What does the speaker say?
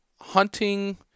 hunting